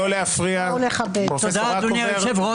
תודה, אדוני היושב-ראש.